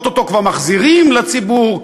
או-טו-טו כבר מחזירים לציבור.